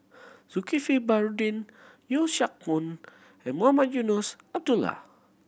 Zulkifli Baharudin Yeo Siak Goon and Mohamed Eunos Abdullah